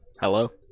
Hello